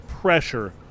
pressure